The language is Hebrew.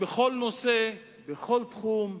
בכל נושא, בכל תחום,